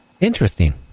Interesting